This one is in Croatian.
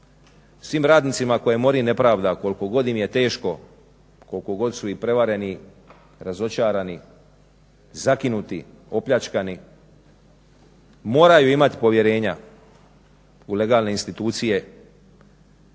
svim radnicima koje mori nepravda, koliko god im je teško, koliko god su i prevareni, razočarani, zakinuti, opljačkani, moraju imat povjerenja u legalne institucije